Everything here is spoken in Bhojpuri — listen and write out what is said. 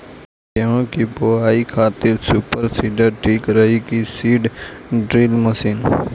गेहूँ की बोआई खातिर सुपर सीडर ठीक रही की सीड ड्रिल मशीन?